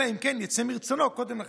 אלא אם כן יצא מרצונו קודם לכן.